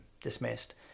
dismissed